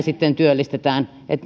sitten työllistämme